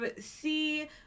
see